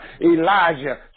Elijah